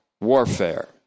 warfare